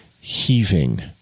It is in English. heaving